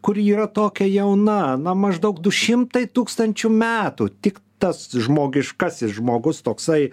kuri yra tokia jauna na maždaug du šimtai tūkstančių metų tik tas žmogiškasis žmogus toksai